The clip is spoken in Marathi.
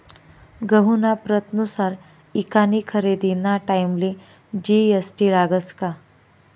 गहूना प्रतनुसार ईकानी खरेदीना टाईमले जी.एस.टी लागस का?